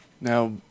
Now